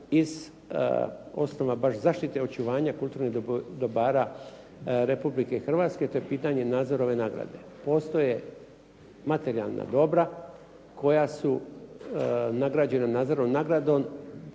iz osnova baš zaštite očuvanja kulturnih dobara Republike Hrvatske, to je pitanje nadzora ove nagrade. Postoje materijalna dobra koja su nagrađena nadzornom nagradom,